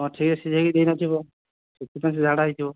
ହଁ ଠିକ୍ ସିଝାଇକି ଦେଇନଥିବ ସେଥିପାଇଁ ସେ ଝାଡ଼ା ହୋଇଥିବ